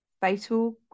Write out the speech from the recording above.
Fatal